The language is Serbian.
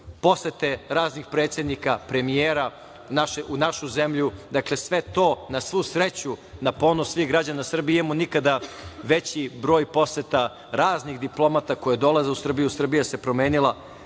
posete raznih predsednika, premijera u našu zemlju. Dakle, na svu sreću, na ponos svih građana Srbije mi imamo nikada veći broj poseta raznih diplomata koji dolaze u Srbiju. Srbija se promenila. Ono